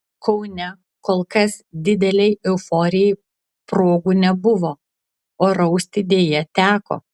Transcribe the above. kaune kol kas didelei euforijai progų nebuvo o rausti deja teko